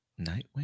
nightwing